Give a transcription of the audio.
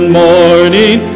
morning